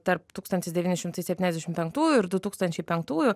tarp tūkstantis devyni šimtai sentyniasdešimt penktųjų ir du tūkstančiai penktųjų